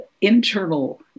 internal